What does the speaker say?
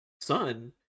son